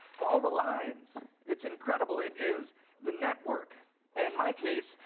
all the lines it's incredible. it is the network and in my case,